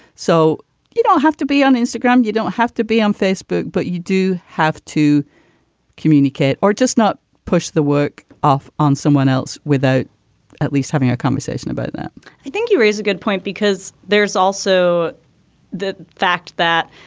so you don't have to be on instagram. you don't have to be on facebook. but you do have to communicate or just not push the work off on someone else without at least having a conversation about that i think you raise a good point, because there's also the fact that,